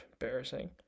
Embarrassing